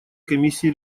комиссии